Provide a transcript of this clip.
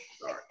sorry